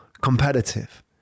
competitive